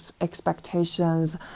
expectations